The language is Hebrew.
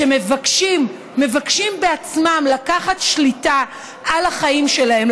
שמבקשים בעצמם לקחת שליטה על החיים שלהם,